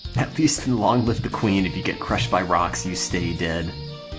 at least in long live the queen if you get crushed by rocks you stay dead